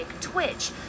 Twitch